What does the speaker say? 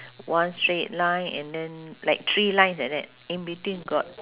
one straight line and then like three lines like that in between got